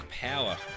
Power